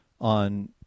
on